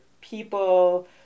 people